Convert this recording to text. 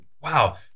wow